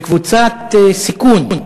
זו קבוצת סיכון.